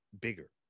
bigger